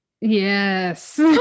Yes